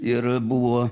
ir buvo